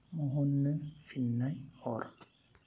महननो फिन्नाय हर